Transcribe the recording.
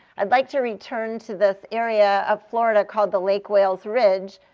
i'd like to return to this area of florida called the lake wales ridge,